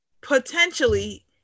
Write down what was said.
Potentially